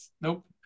Nope